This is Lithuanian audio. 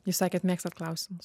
jūs sakėt mėgstat klausimus